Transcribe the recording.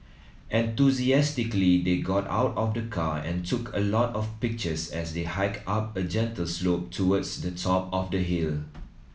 enthusiastically they got out of the car and took a lot of pictures as they hiked up a gentle slope towards the top of the hill